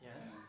Yes